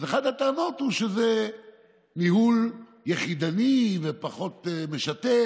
אז אחת הטענות היא שזה ניהול יחידני ופחות משתף.